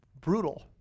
brutal